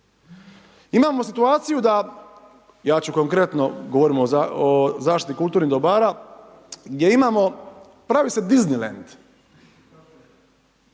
Imamo situaciju da, ja ću konkretno, govorimo o zaštiti kulturnih dobara, gdje imamo, pravi se Disneyland.